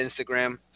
Instagram